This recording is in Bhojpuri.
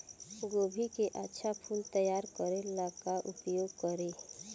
गोभी के अच्छा फूल तैयार करे ला का उपाय करी?